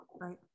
Right